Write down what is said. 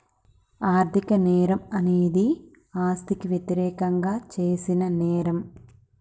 ఆర్థిక నేరం అనేది ఆస్తికి వ్యతిరేకంగా చేసిన నేరం